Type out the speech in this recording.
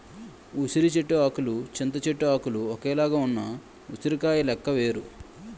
ఉసిరి చెట్టు ఆకులు చింత చెట్టు ఆకులు ఒక్కలాగే ఉన్న ఉసిరికాయ లెక్క వేరు